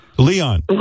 Leon